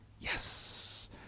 yes